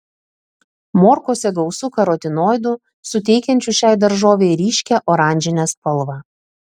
morkose gausu karotinoidų suteikiančių šiai daržovei ryškią oranžinę spalvą